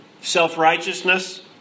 self-righteousness